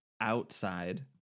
outside